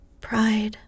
Pride